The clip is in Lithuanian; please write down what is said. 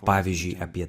pavyzdžiui apie